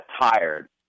tired